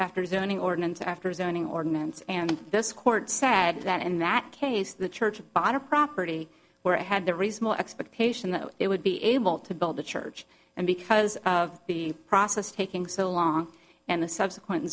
after zoning ordinance after zoning ordinance and this court said that in that case the church bought a property where i had the reasonable expectation that it would be able to build the church and because of the process taking so long and the subsequent